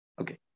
okay